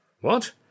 What